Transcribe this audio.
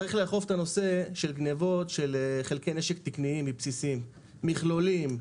צריך לאכוף את הנושא של גניבות של חלקי נשק תקניים מבסיסים: מכלולים,